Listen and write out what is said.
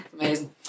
amazing